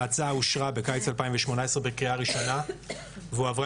ההצעה אושרה בקיץ 2018 בקריאה ראשונה והועברה